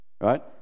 Right